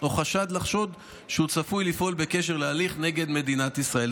או חשד לחשוד שהוא צפוי לפעול בקשר להליך נגד מדינת ישראל.